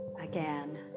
again